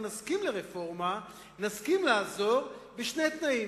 נסכים לרפורמה ונסכים לעזור בשני תנאים: